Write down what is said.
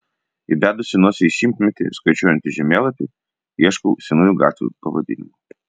įbedusi nosį į šimtmetį skaičiuojantį žemėlapį ieškau senųjų gatvių pavadinimų